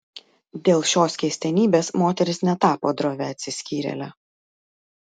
dėl šios keistenybės moteris netapo drovia atsiskyrėle